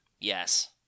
Yes